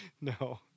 No